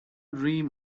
dream